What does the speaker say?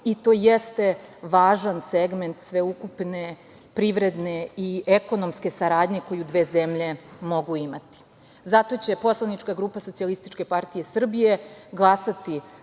i to jeste važan segment sveukupne privredne i ekonomske saradnje koju dve zemlje mogu imati. Zato će poslanička grupa SPS glasati